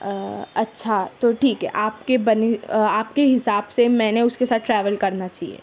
اچھا تو ٹھیک ہے آپ کے بنے آپ کے حساب سے میں نے اس کے ساتھ ٹریول کرنا چاہیے